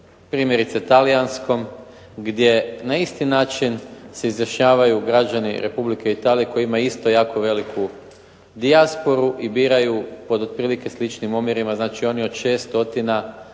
primjerice talijanskom gdje na isti način se izjašnjavaju građani Republike Italije koji imaju isto jako veliku dijasporu i biraju pod otprilike sličnim omjerima, znači oni od 600